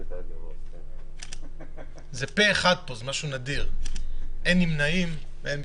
אחד אושר אושר פה אחד.